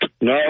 No